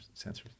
sensors